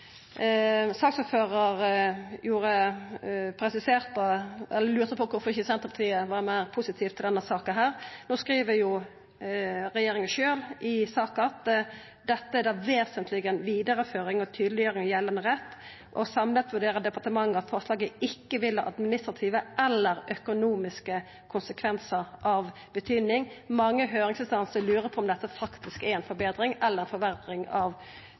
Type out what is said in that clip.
på kvifor Senterpartiet ikkje var meir positiv i denne saka. No skriv regjeringa sjølv i saka at dette er i det vesentlege ei vidareføring og tydeleggjering av gjeldande rett, og samla vurderer departementet det slik at «forslaget ikke vil ha administrative og økonomiske konsekvenser av betydning». Mange høyringsinstansar lurer på om dette faktisk er ei forbetring eller ei forverring av